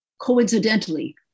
Coincidentally